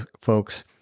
folks